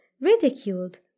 ridiculed